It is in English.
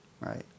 right